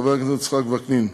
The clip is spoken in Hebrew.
חבר הכנסת יצחק וקנין,